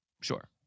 sure